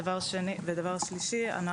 דבר שלישי,